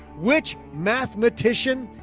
which mathematician,